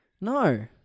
No